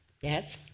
Yes